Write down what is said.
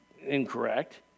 incorrect